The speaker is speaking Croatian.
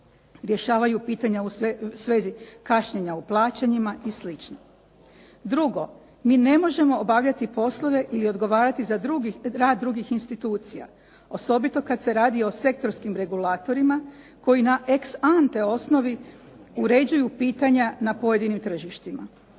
rješavaju pitanja u svezi kašnjenja u plaćanjima i slično. Drugo, mi ne možemo obavljati poslove i odgovarati za rad drugih institucija, osobito kada se radi o sektorskim regulatorima, koji na ex ante osnovi uređuju pitanja na pojedinim tržištima.